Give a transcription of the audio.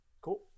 Cool